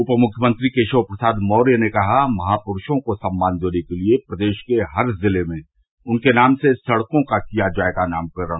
उप मुख्यमंत्री केशव प्रसाद मौर्य ने कहा महापुरूषों को सम्मान देने के लिए प्रदेश के हर जिले में उनके नाम से सड़कों का किया जायेगा नामकरण